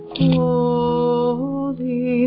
holy